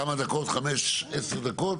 כמה דקות, 5, 10 דקות.